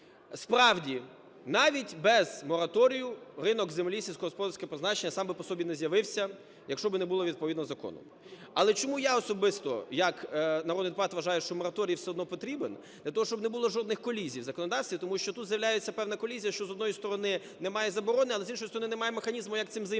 Справді навіть без мораторію ринок землі сільськогосподарського призначення сам би по собі не з'явився, якщо би не було відповідного закону. Але чому я особисто як народний депутат вважаю, що мораторій все одно потрібен, для того щоб не було жодних колізій в законодавстві, тому що тут з'являється певна колізія, що, з однієї сторони, немає заборони, але, з іншої сторони, немає механізму, як цим займатися.